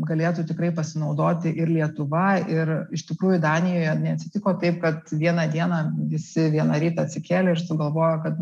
galėtų tikrai pasinaudoti ir lietuva ir iš tikrųjų danijoje neatsitiko taip kad vieną dieną visi vieną rytą atsikėlė ir sugalvojo kad